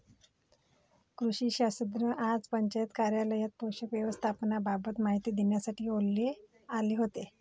कृषी शास्त्रज्ञ आज पंचायत कार्यालयात पोषक व्यवस्थापनाबाबत माहिती देण्यासाठी आले होते